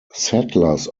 settlers